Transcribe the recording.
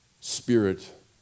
spirit